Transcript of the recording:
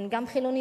הן גם חילוניות,